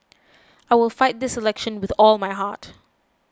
I will fight this election with all my heart